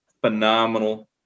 phenomenal